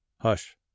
Hush